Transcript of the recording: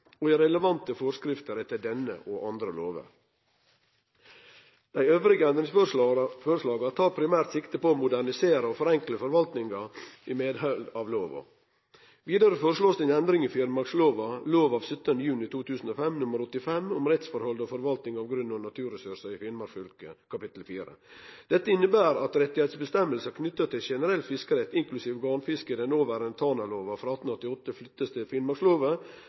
og innlandsfiskloven og i relevante forskrifter etter denne og andre lovar. Dei andre endringsforslaga tek primært sikte på å modernisere og forenkle forvaltinga i høve til loven. Vidare blir det foreslått ei endring i finnmarksloven, lov 17. juni 2005 nr. 85 om rettsforhold og forvalting av grunn og naturressursar i Finnmark fylke, kapittel 4. Denne inneber at rettsavgjerdene knytte til generell fiskerett inklusiv garnfiske i den noverande Tanaloven av l888 blir flytta til finnmarksloven, samtidig som lokalbefolkningas rett til